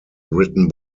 written